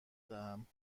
دهم